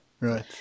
Right